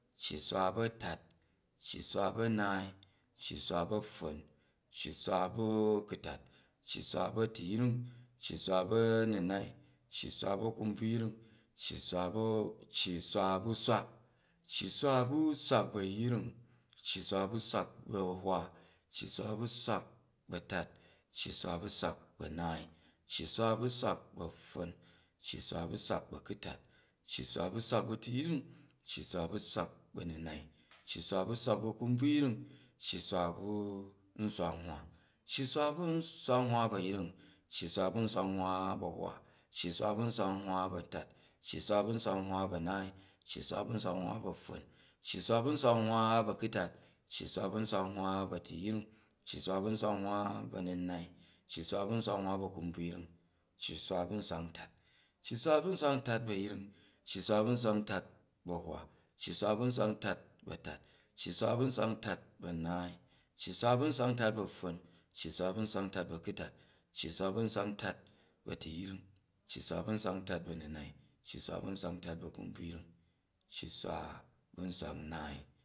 Cci swa bu̱ a̱tat, cci swa bu̱ a̱naai cci swa bu̱ a̱pffon, cci swa bu̱ a̱kutat, cci swa bu̱ a̱tuyring cci swa bu̱ a̱nunai, cci swa bu̱ a̱kunbvuyring, cci swa bu̱ cci swa bu̱ swak, cci swa bu̱ skwak bu̱ a̱hwa, cci swa bu̱ swak bu̱ a̱tat cci swa bu̱ swak bu̱ a̱naai, cci swa bu̱ swak bu̱ apffon cci swa bu̱ swak bu̱ a̱kutat, cci swa bu̱ swak bu̱ a̱tuyring, cci swa bu̱ swak bu̱ a̱nunai, cci swa bu̱ swak bu̱ akunbvuyring, cci swa bu̱ nswak nhwa, cci swa bu̱ nswak nhwa bu̱ a̱yring, cci swa bu̱ nswak nhwa bu̱ a̱hwa, cci swa bu̱ nswak nhwa bu̱ a̱tat cci swa bu̱ nswak nhwa a̱naai, cci swa bu̱ nswak nhwa bu̱ a̱pffon, cci swa bu̱ nswak nhwa bu̱ a̱kutat cci swa bu̱ nswak nhwa bu̱ a̱tuyring, cci swa bu̱ nswak nhwa bu̱ a̱nunai cci swa bu̱ nswak nhwa bu̱ a̱kunbvuyring cci swa bu̱ nswak ntat, cci swa bu̱ nswak ntat bu̱ a̱yring, cci swa bu̱ nswak ntat bu̱ a̱hwa, cci swa bu̱ nswak ntat bu̱ a̱tat, cci swa bu̱ nswak ntat bu̱ a̱naai, cci swa bu̱ nswak ntat bu̱ a̱pffon, cci swa bu̱ nswak ntat bu̱ a̱kutat, cci swa bu̱ nswak ntat bu̱ a̱tuyring cci swa bu̱ nswak ntat bu̱ a̱nunai, cci swa bu̱ nswak ntat bu̱ a̱kunbvuyring, cci swa bu̱ nswak nnaai